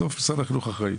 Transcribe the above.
לפני